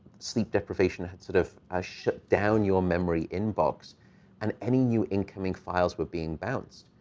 sleep deprivation had sort of ah shut-down-your-memory inbox and any new incoming files were being bounced.